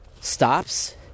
stops